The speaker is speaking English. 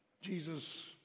Jesus